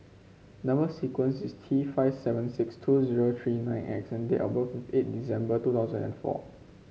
number sequence is T five seven six two zero three nine X and date of birth is eight December two thousand and four